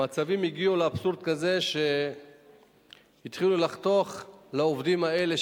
המצבים הגיעו לאבסורד כזה שהתחילו לחתוך לעובדים האלה,